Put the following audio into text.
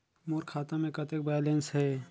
मोर खाता मे कतेक बैलेंस हे?